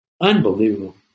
Unbelievable